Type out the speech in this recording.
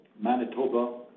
Manitoba